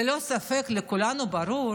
ללא ספק, לכולנו ברור